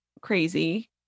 crazy